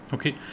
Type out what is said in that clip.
Okay